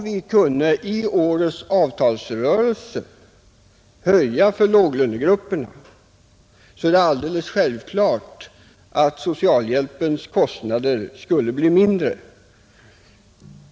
Om man i årets avtalsrörelse kunde höja låglönegruppernas löner, så är det alldeles självklart att socialhjälpen skulle bli mindre aktuell.